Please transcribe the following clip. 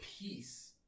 peace